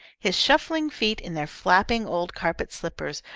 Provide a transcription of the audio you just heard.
his shuffling feet, in their flapping old carpet slippers,